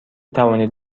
توانید